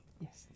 Yes